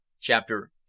Chapter